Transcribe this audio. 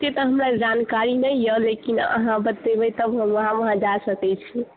ई तऽ हमरा जानकारी नहि यऽ लेकिन आहाँ बतेबै तऽ हम वहाँ वहाँ जा सकै छी